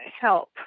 help